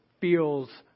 feels